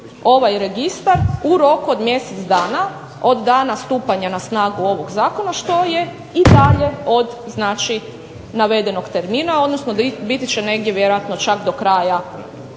ovaj registar u roku od mjesec dana od dana stupanja na snagu ovog zakona što je i dalje od znači navedenog termina, odnosno biti će negdje vjerojatno